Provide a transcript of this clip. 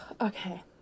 okay